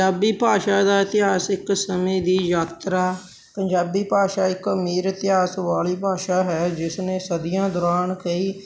ਪੰਜਾਬੀ ਭਾਸ਼ਾ ਦਾ ਇਤਿਹਾਸ ਇੱਕ ਸਮੇਂ ਦੀ ਯਾਤਰਾ ਪੰਜਾਬੀ ਭਾਸ਼ਾ ਇੱਕ ਅਮੀਰ ਇਤਿਹਾਸ ਵਾਲੀ ਭਾਸ਼ਾ ਹੈ ਜਿਸ ਨੇ ਸਦੀਆਂ ਦੌਰਾਨ ਕਈ ਤਬਦੀਲ